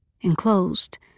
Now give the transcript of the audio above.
enclosed